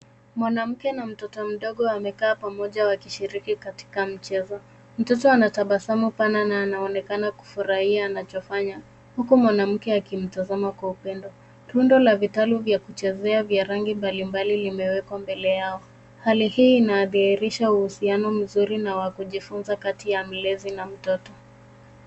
Mwanamke na mtoto mdogo wamekaa pamoja wakishiriki katika mchezo. Mtoto ana tabasamu pana na anaonekana kufurahia anachofanya , huku mwanamke akimtazama kwa upendo. Rundo la vitalu vya kuchezea vya rangi mbalimbali limewekwa mbele yao. Hali hii inadhihirisha uhusiano mzuri na wa kujifunza kati ya mlezi na mtoto.